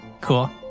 cool